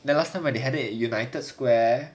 the last time where they had it at united square